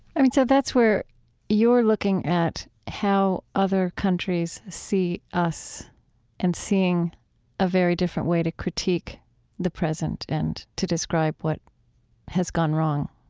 i mean, so that's where you're looking at how other countries see us and seeing a very different way to critique the present and to describe what has gone wrong.